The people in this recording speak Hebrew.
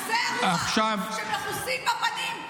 עזי הרוח שמכוסים בפנים,